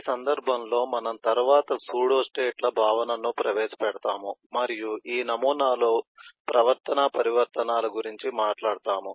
ఈ సందర్భంలో మనం తరువాత సూడో స్టేట్ ల భావనను ప్రవేశపెడతాము మరియు ఈ నమూనాలో ప్రవర్తనా పరివర్తనాల గురించి మాట్లాడుతాము